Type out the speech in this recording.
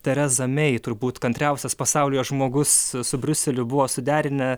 tereza mei turbūt kantriausias pasaulyje žmogus su briuseliu buvo suderinę